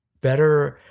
better